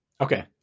Okay